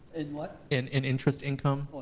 in what? in in interest income.